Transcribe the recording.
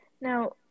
Now